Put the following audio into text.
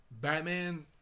Batman